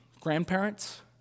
grandparents